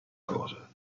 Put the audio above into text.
cosa